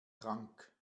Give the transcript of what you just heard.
trank